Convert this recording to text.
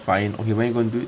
fine okay when you gonna do it